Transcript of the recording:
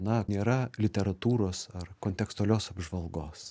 na nėra literatūros ar kontekstualios apžvalgos